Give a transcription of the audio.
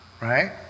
Right